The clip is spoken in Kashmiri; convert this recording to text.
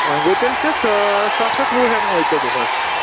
وۄنۍ گوٚو تیٚلہِ ژےٚ سَتھ ہَتھ وُہ ہٮ۪موے ژےٚ دۄہَس